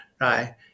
right